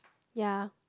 ya